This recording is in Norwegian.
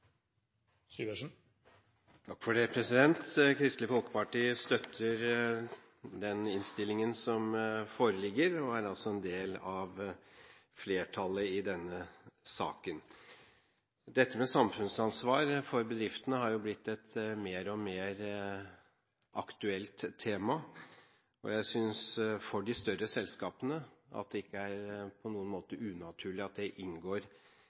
Samfunnsansvar for bedriftene er blitt et mer og mer aktuelt tema, og jeg synes at det for de større selskapene ikke på noen måte er unaturlig at dette inngår i det